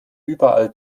überall